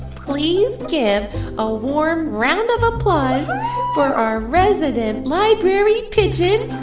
please give a warm round of applause for our resident library pigeon,